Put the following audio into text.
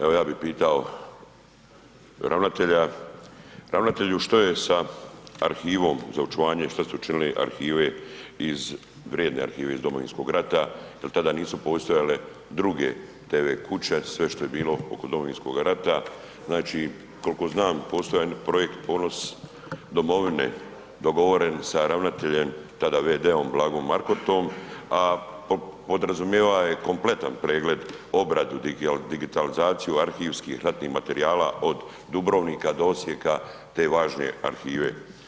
Evo, ja bi pitao ravnatelja, ravnatelju što je sa arhivom za očuvanje, šta ste učinili arhive, iz vrijedne arhive iz Domovinskog rata, jel tada nisu postojale druge tv kuće, sve što je bilo oko Domovinskog rata, znači koliko znam postoji jedan projekt Ponos domovine, dogovoren sa ravnateljem tada v.d. Blagom Markotom, a podrazumijevao je kompletan pregled, obradu, digitalizaciju arhivskih ratnih materijala od Dubrovnika do Osijeka te važne arhive.